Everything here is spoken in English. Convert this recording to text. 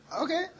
Okay